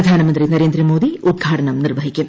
പ്രധാനമന്ത്രി നരേന്ദ്രമോദി ഉദ്ഘാടനം നിർവ്വഹിക്കും